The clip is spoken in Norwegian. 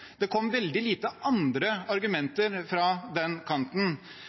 Det kom veldig få andre argumenter fra den kanten.